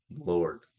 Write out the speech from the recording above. Lord